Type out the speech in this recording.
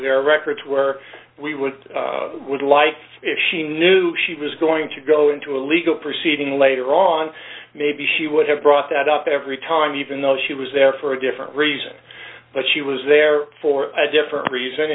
are records where we would lie if she knew she was going to go into a legal proceeding later on maybe she would have brought that up every time even though she was there for a different reason but she was there for a different reason